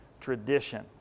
tradition